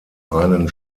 einen